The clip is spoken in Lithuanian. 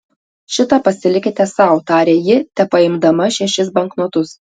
šitą pasilikite sau tarė ji tepaimdama šešis banknotus